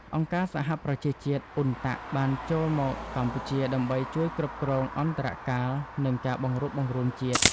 អង្គការសហប្រជាជាតិ (UNTAC) បានចូលមកកម្ពុជាដើម្បីជួយគ្រប់គ្រងអន្តរកាល និងការបង្រួបបង្រួមជាតិ។